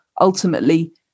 ultimately